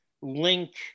link